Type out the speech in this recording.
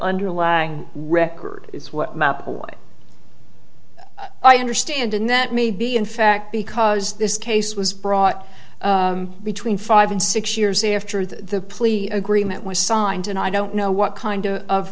underlying record is what map away i understand and that may be in fact because this case was brought between five and six years after the plea agreement was signed and i don't know what kind of